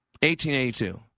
1882